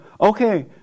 okay